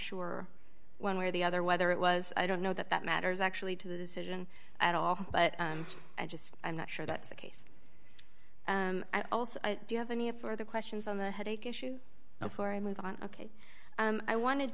sure one way or the other whether it was i don't know that that matters actually to the decision at all but i just i'm not sure that's the case i also do you have any a for the questions on the headache issue before i move on ok i wanted